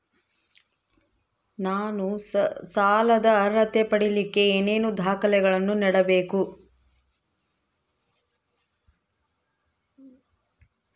ನಾನು ಸಾಲದ ಅರ್ಹತೆ ಪಡಿಲಿಕ್ಕೆ ಏನೇನು ದಾಖಲೆಗಳನ್ನ ನೇಡಬೇಕು?